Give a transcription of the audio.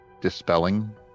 dispelling